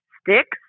Sticks